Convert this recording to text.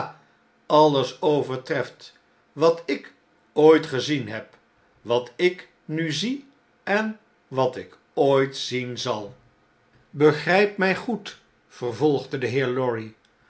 alles overtreft wat ik ooit gezien heb wat ik nu zie en wat ik ooit zien zal begrijp my goed vervolgde de heer lorry